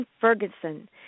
Ferguson